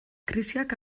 krisiak